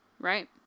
Right